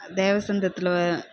தேவ சந்திரத்தில்